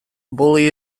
bully